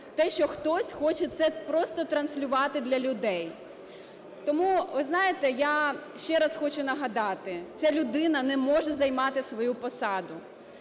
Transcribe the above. те, що хтось хоче це просто транслювати для людей. Тому, ви знаєте, я ще раз хочу нагадати, ця людина не може займати свою посаду,